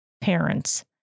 parents